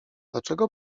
dlaczego